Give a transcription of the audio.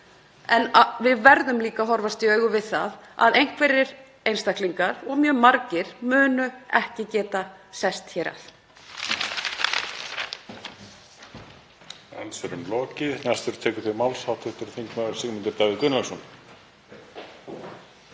En við verðum líka að horfast í augu við að einhverjir einstaklingar, og mjög margir, munu ekki geta sest hér að.